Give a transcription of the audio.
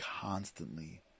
constantly